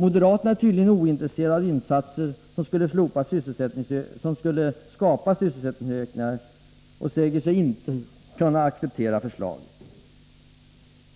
Moderaterna är tydligen ointresserade av insatser som skulle skapa sysselsättningsökningar och säger sig inte kunna acceptera förslaget.